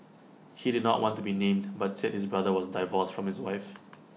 he did not want to be named but said his brother was divorced from his wife